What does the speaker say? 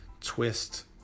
twist